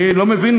אני לא מבין,